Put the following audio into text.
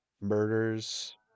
murders